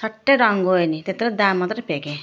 सट्टै रङ गयो नि त्यत्रो दाम मात्रै फ्याँकेँ